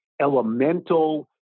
elemental